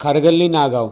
Khargalli Nagaon